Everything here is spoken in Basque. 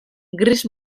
gris